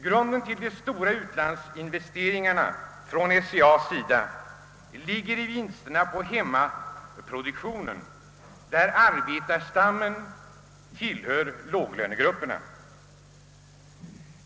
Grunden till de stora utlandsinvesteringarna från SCA:s sida ligger i vinsterna på hemmaproduktionen, där arbetarstammen tillhör låglönegrupperna.